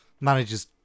manages